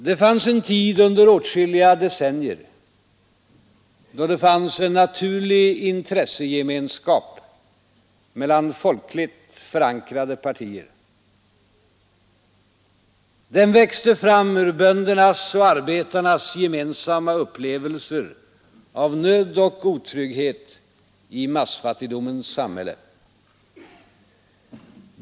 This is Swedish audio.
Det fanns en tid under åtskilliga decennier då det var en naturlig intressegemenskap mellan folkligt förankrade partier. Den växte fram ur böndernas och arbetarnas gemensamma upplevelser av nöd och otrygghet i massfattigdomens samhälle.